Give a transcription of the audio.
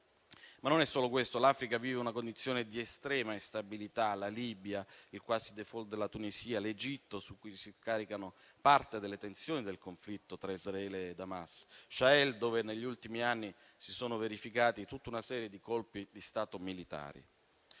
Ma non è solo questo. L'Africa vive una condizione di estrema instabilità: la Libia, il quasi *default* della Tunisia, l'Egitto, su cui si scaricano parte delle tensioni del conflitto tra Israele ed Hamas, il Sahel, dove negli ultimi anni si sono verificati tutta una serie di colpi di Stato militari.